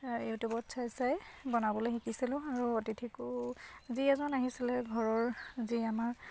ইউটিউবত চাই চাই বনাবলৈ শিকিছিলোঁ আৰু অতিথিকো যি এজন আহিছিলে ঘৰৰ যি আমাৰ